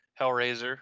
Hellraiser